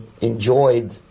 enjoyed